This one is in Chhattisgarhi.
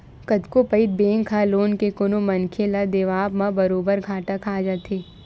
कतको पइत बेंक ह लोन के कोनो मनखे ल देवब म बरोबर घाटा खा जाथे